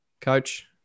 Coach